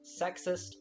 sexist